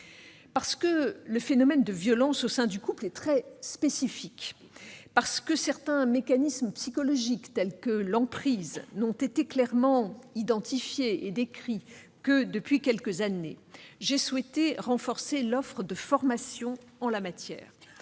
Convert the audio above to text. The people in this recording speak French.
Parce que le phénomène des violences au sein du couple est très spécifique, parce que certains mécanismes psychologiques, tels que l'emprise, n'ont été clairement identifiés et décrits que depuis quelques années, j'ai souhaité renforcer l'offre de formation en la matière.